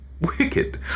wicked